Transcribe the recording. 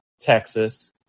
Texas